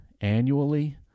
annually